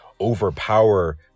overpower